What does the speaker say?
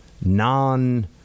non